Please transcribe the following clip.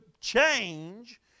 change